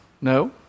No